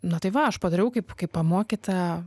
nu tai va aš padariau kaip kaip pamokyta